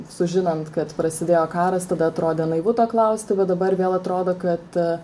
sužinant kad prasidėjo karas tada atrodė naivu to klausti bet dabar vėl atrodo kad